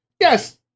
Yes